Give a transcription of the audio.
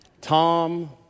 Tom